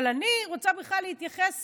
אבל אני רוצה להתייחס